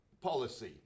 policy